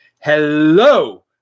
Hello